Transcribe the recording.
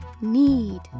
need